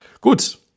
Gut